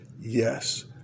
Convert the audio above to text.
yes